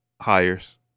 hires